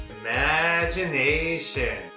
Imagination